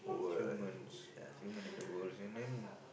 humans human and the world and then